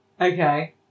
Okay